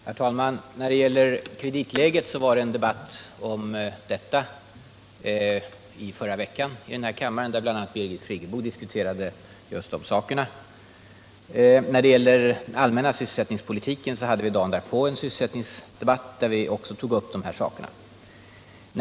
Herr talman! Vi hade i förra veckan i denna kammare en debatt om kreditläget, där bl.a. Birgit Friggebo deltog. Dagen därpå hade vi en debatt om sysselsättningspolitiken, och i den debatten tog vi också upp de här frågorna.